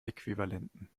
äquivalenten